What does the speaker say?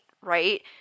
right